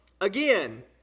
again